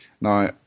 Now